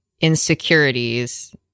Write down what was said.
insecurities